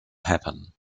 happen